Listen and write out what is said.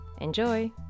Enjoy